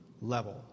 level